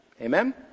amen